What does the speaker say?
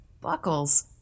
buckles